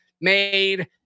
made